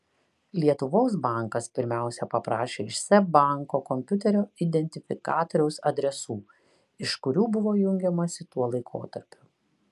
lietuvos bankas pirmiausia paprašė iš seb banko kompiuterio identifikatoriaus adresų iš kurių buvo jungiamasi tuo laikotarpiu